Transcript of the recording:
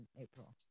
April